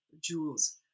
jewels